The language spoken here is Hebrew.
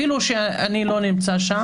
אפילו שאני לא נמצא שם,